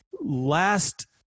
Last